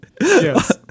Yes